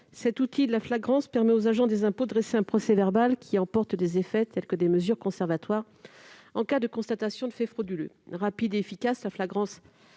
cet outil de la flagrance permet aux agents des impôts de dresser un procès-verbal qui emporte des effets comme des mesures conservatoires en cas de constatation de faits frauduleux. Rapide et efficace, la flagrance